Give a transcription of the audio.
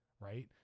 right